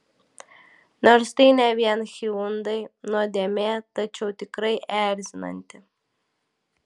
nors tai ne vien hyundai nuodėmė tačiau tikrai erzinanti